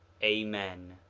amen.